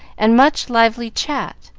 and much lively chat,